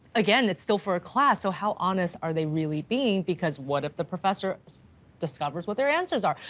again, it's still for a class. so how honest are they really being? because what if the professor discovers what their answers are?